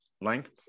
length